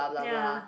ya